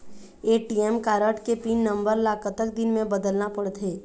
ATM card के pin number ला कतक दिन म बदलना पड़थे?